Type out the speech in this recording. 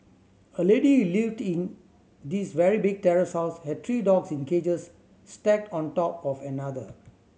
a lady lived in this very big terrace house had three dogs in cages stacked on top of another